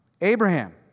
Abraham